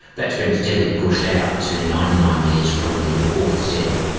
that's been steadily pushed out to ninety nine years from the author's death.